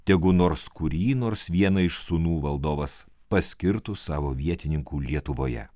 tegu nors kurį nors vieną iš sūnų valdovas paskirtų savo vietininkų lietuvoje